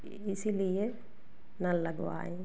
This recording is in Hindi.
इसीलिए नल लगवाए